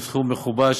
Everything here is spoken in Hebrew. הוא סכום מכובד,